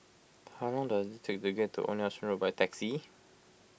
how long does it take to get to Old Nelson Road by taxi